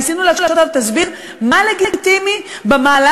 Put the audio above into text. ניסינו להקשות עליו: תסביר מה לגיטימי במהלך